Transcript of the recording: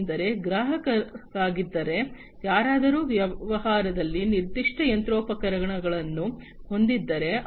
ಏಕೆಂದರೆ ಗ್ರಾಹಕರಾಗಿದ್ದರೆ ಯಾರಾದರೂ ವ್ಯವಹಾರದಲ್ಲಿ ನಿರ್ದಿಷ್ಟ ಯಂತ್ರೋಪಕರಣಗಳನ್ನು ಹೊಂದಿದ್ದರೆ